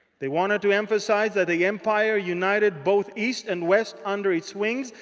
they wanted to emphasize that the empire united both east and west under its wings.